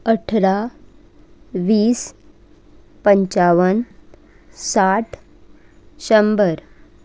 अठरा वीस पंचावन साठ शंबर